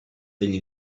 degli